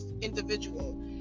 individual